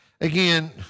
Again